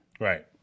Right